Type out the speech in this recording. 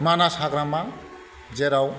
मानास हाग्रामा जेराव